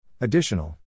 Additional